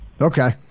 Okay